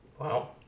Wow